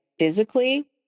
physically